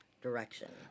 direction